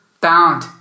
bound